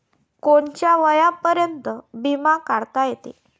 कोनच्या वयापर्यंत बिमा काढता येते?